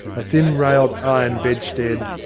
a thin-railed iron bedstead,